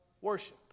worship